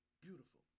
Beautiful